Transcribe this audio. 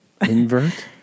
invert